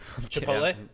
Chipotle